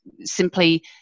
simply